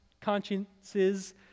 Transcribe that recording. consciences